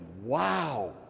wow